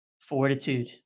fortitude